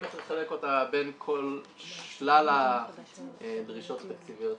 איך לחלק אותה בין כל שלל הדרישות התקציביות.